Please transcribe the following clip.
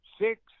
six